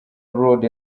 road